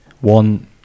one